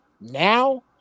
now